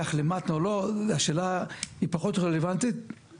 וזה דבר שאני אתפור אותו גם בצד השני.